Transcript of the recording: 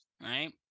Right